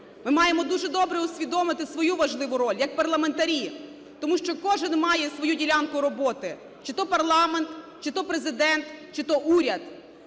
Ми маємо дуже добре усвідомити свою важливу роль як парламентарі. Тому що кожен має свою ділянку роботи – чи то парламент, чи то Президент, чи то уряд.